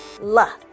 la